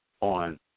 on